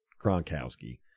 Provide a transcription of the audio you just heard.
Gronkowski